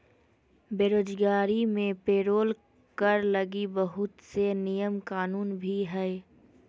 बेरोजगारी मे पेरोल कर लगी बहुत से नियम कानून भी हय